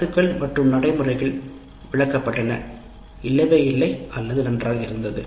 கருத்துகள் மற்றும் நடைமுறைகள் விளக்கப்பட்டன இல்லவே இல்லை அல்லது நன்றாக இருந்தது